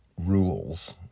rules